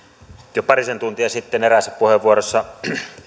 jo parisen tuntia sitten eräässä puheenvuorossa